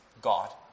God